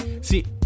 See